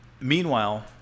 Meanwhile